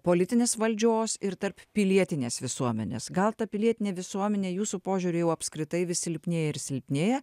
politinės valdžios ir tarp pilietinės visuomenės gal ta pilietinė visuomenė jūsų požiūriu jau apskritai vis silpnėja ir silpnėja